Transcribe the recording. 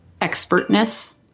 expertness